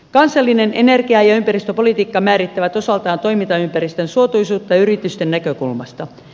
kansallinen energia ja ympäristöpolitiikka määrittää osaltaan toimintaympäristön suotuisuutta yritysten näkökulmasta